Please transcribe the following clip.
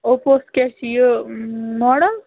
اوپووس کیٛاہ چھُ یہِ ماڈَل